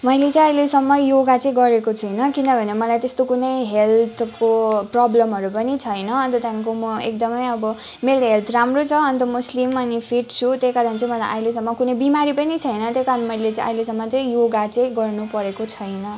मैले चाहिँ अहिलेसम्म योगा चाहिँ गरेको छुइनँ किनभने मलाई त्यस्तो कुनै हेल्थको प्रब्लमहरू पनि छैन अन्त त्यहाँदेखिको म एकदमै अब मेरो हेल्थ राम्रै छ अन्त म स्लिम अनि फिट छु त्यही कारण चाहिँ मलाई अहिलेसम्म कुनै बिमारी पनि छैन त्यही कारण मैले चाहिँ अहिलेसम्म चाहिँ योगा चाहिँ गर्नु परेको छैन